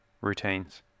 routines